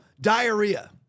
diarrhea